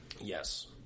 yes